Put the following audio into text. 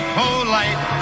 polite